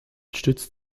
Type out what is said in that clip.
stützt